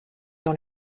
dans